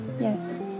yes